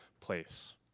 place